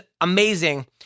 amazing